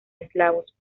eslavos